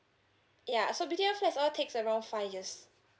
yeah so B_T_O flats all takes around five years